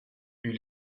eut